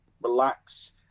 relax